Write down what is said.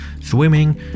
swimming